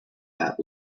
that